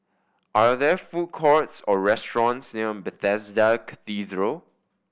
are there food courts or restaurants near Bethesda Cathedral